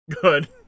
good